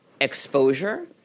exposure